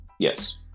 Yes